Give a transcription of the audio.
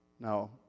Now